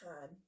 time